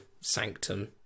Sanctum